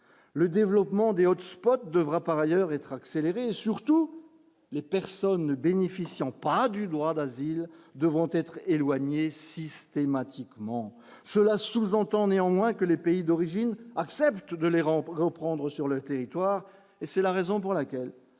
le développement hotspot devra par ailleurs être accélérées et surtout les personnes ne bénéficiant pas du droit d'asile devront être éloignés systématiquement cela sous-entend néanmoins que les pays d'origine, accepte de l'aéroport reprendre sur le territoire et c'est la raison pour laquelle